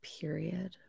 Period